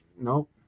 nope